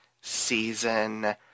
season